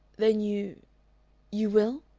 then you you will?